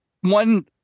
one